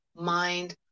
mind